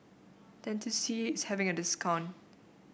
Dentiste is having a discount